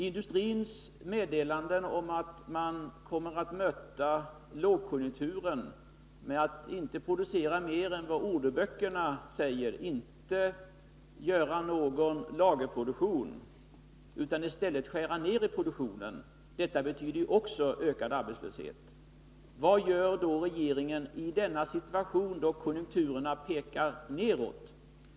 Industrins meddelanden om att man kommer att möta lågkonjunkturen med att inte producera mer än vad orderböckerna säger, att inte ha någon lagerproduktion utan i stället skära ner produktionen, betyder ju också ökad arbetslöshet. Vad gör då regeringen i denna situation, då konjunkturerna pekar nedåt?